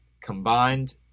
combined